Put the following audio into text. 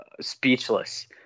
speechless